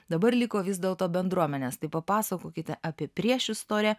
dabar liko vis dėlto bendruomenės tai papasakokite apie priešistorę